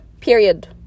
period